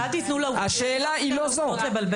השאלה היא לא זאת,